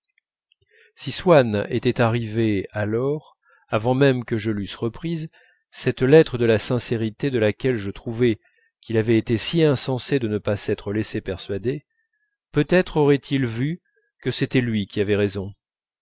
si swann était arrivé alors avant même que je l'eusse reprise cette lettre de la sincérité de laquelle je trouvais qu'il avait été si insensé de ne pas s'être laissé persuader peut-être aurait-il vu que c'était lui qui avait raison